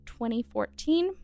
2014